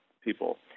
people